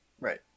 Right